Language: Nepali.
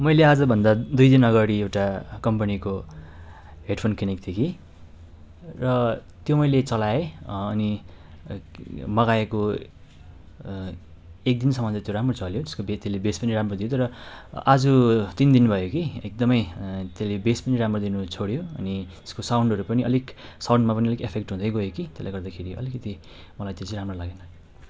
मैले आजभन्दा दुई दिन अगाडि एउटा कम्पनीको हेडफोन किनेको थिएँ कि र त्यो मैले चलाएँ अनि मगाएको एक दिनसम्म त त्यो राम्रो चल्यो यसको बेस त्यसले बेस पनि राम्रो दिन्थ्यो र आज तिन दिन भयो कि एकदमै त्यसले बेस पनि राम्रो दिनु छोड्यो अनि त्यस्को साउन्डहरू पनि अलिक साउन्डमा पनि एफेक्ट हुँदै गयो कि त्यसले गर्दाखेरि अलिकति मलाई त्यो चाहिँ राम्रो लागेन